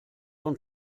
von